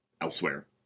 elsewhere